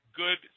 good